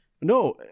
No